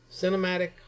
cinematic